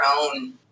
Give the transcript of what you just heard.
own